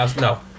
no